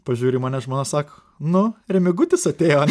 pažiūri į mane žmona sako nu remigutis atėjo